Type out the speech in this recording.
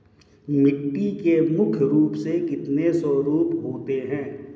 मिट्टी के मुख्य रूप से कितने स्वरूप होते हैं?